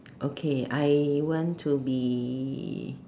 okay I want to be